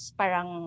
parang